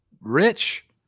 rich